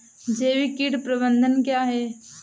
जैविक कीट प्रबंधन क्या है?